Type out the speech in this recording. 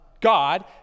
God